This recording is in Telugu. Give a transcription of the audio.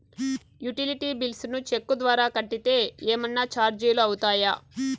యుటిలిటీ బిల్స్ ను చెక్కు ద్వారా కట్టితే ఏమన్నా చార్జీలు అవుతాయా?